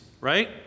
right